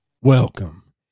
Welcome